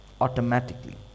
Automatically